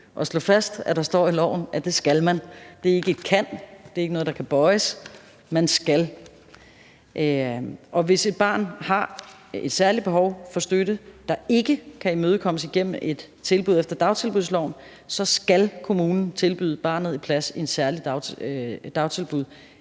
slå fast, at der står i loven, at det skal man. Det er ikke et »kan«, det er ikke noget, der kan bøjes; man skal. Og hvis et barn har et særligt behov for støtte, der ikke kan imødekommes igennem et særligt tilbud efter dagtilbudsloven, så skal kommunen tilbyde barnet en plads i et særligt dagtilbud